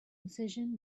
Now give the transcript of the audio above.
incision